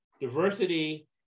diversity